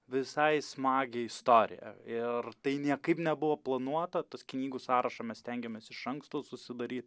visai smagią istoriją ir tai niekaip nebuvo planuota tas knygų sąrašą mes stengiamės iš anksto susidaryt